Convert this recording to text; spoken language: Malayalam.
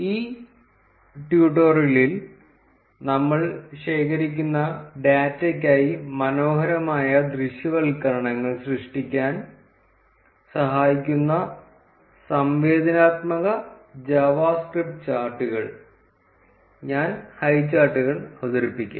ഈ ട്യൂട്ടോറിയലിൽ നമ്മൾ ശേഖരിക്കുന്ന ഡാറ്റയ്ക്കായി മനോഹരമായ ദൃശ്യവൽക്കരണങ്ങൾ സൃഷ്ടിക്കാൻ സഹായിക്കുന്ന സംവേദനാത്മക ജാവാസ്ക്രിപ്റ്റ് ചാർട്ടുകൾ ഞാൻ ഹൈചാർട്ടുകൾ അവതരിപ്പിക്കും